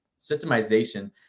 systemization